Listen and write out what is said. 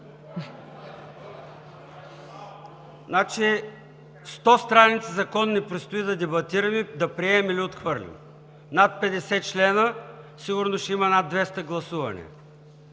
ГЕРБ.) Сто страници закон ни предстои да дебатираме, да приемем или отхвърлим. Над 50 члена. Сигурно ще има над 200 гласувания.